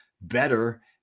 better